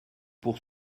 pour